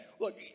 Look